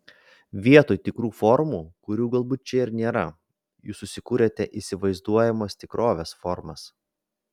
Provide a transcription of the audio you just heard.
vietoj tikrų formų kurių galbūt čia ir nėra jūs susikuriate įsivaizduojamos tikrovės formas